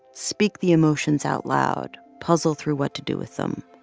speak the emotions out loud, puzzle through what to do with them.